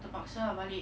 terpaksa ah balik